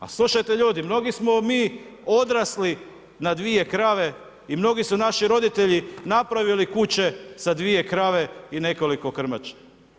A slušajte ljudi, mnogi smo mi odrasli na 2 krave i mnogi su naši roditelji napravili kuće sa 2 krave i nekoliko krmači.